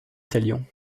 talion